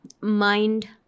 mind